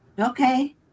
Okay